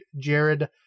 Jared